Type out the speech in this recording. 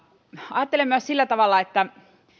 ajattelen myös sillä tavalla että